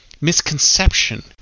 misconception